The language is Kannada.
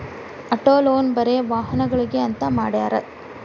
ಅಟೊ ಲೊನ್ ಬರೆ ವಾಹನಗ್ಳಿಗೆ ಅಂತ್ ಮಾಡ್ಯಾರ